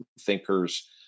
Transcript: thinkers